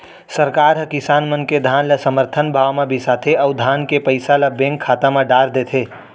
सरकार हर किसान मन के धान ल समरथन भाव म बिसाथे अउ धान के पइसा ल बेंक खाता म डार देथे